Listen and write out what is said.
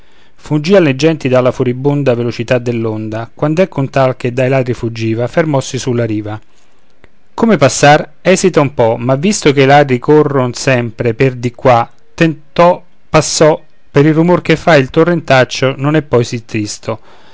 fuggìan le genti dalla furibonda velocità dell'onda quand'ecco un tal che dai ladri fuggiva fermossi sulla riva come passar esita un po ma visto che i ladri corron sempre per di qua tentò passò per il rumor che fa il torrentaccio non è poi sì tristo